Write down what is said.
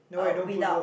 um without